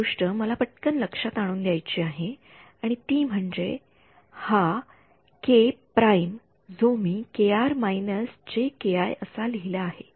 एक गोष्ट मला पटकन लक्षात आणून द्यायची आहे आणि ती म्हणजे हा k प्राईम जो मी असा लिहिला आहे